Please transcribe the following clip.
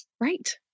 Right